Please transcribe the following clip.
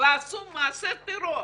ועשו מעשי טרור?